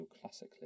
classically